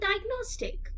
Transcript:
diagnostic